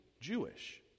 Jewish